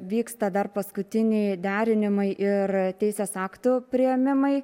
vyksta dar paskutiniai derinimai ir teisės aktų priėmimai